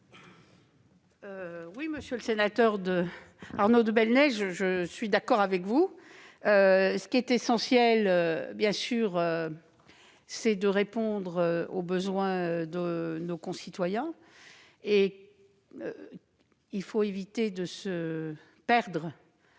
Monsieur le sénateur Arnaud de Belenet, je suis d'accord avec vous. Ce qui est essentiel, bien sûr, c'est de répondre aux besoins de nos concitoyens. Il faut éviter de nous perdre